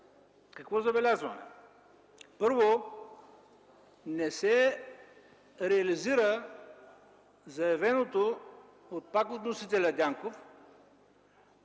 какво забелязваме? Първо, не се реализира заявената пак от вносителя Дянков